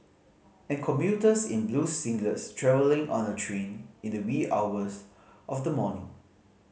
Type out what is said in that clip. and commuters in blue singlets travelling on a train in the wee hours of the morning